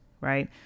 right